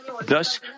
Thus